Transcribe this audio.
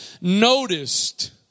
noticed